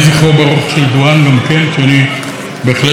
ואני בהחלט רוצה לתמוך בדברי אדוני,